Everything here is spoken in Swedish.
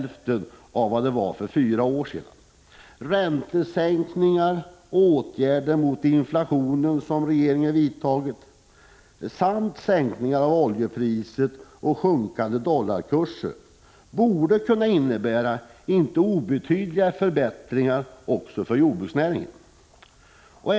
1985/86:118 hälften av vad det var för fyra år sedan. Räntesänkningar, av regeringen 16 april 1986 dollarkurs borde kunna innebära inte obetydliga förbättringar också för a a mentets budgetjordbruksnäringen.